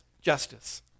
justice